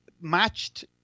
matched